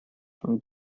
from